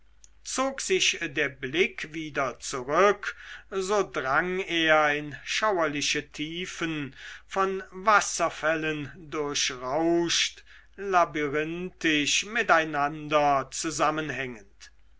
zog sich der blick wieder zurück so drang er in schauerliche tiefen von wasserfällen durchrauscht labyrinthisch miteinander zusammenhängend